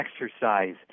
exercise